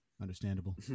Understandable